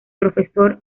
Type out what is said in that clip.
profesor